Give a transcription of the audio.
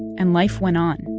and life went on.